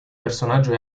personaggio